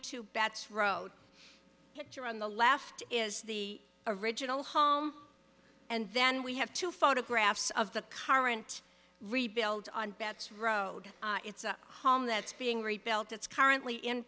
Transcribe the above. two batts road picture on the left is the original home and then we have two photographs of the current rebuild on bet's road it's a home that's being rebuilt it's currently in